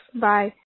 Bye